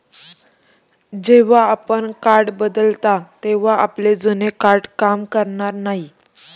जेव्हा आपण कार्ड बदलता तेव्हा आपले जुने कार्ड काम करणार नाही